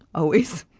always,